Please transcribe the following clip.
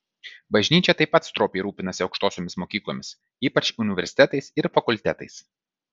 bažnyčia taip pat stropiai rūpinasi aukštosiomis mokyklomis ypač universitetais ir fakultetais